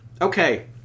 Okay